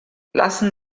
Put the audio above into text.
lassen